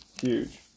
Huge